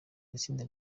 itsinda